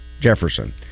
Jefferson